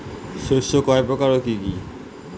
শস্য কয় প্রকার কি কি?